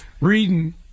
reading